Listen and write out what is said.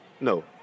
No